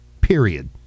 Period